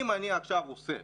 אם אני עכשיו עושה